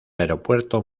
aeropuerto